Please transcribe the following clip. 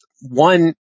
one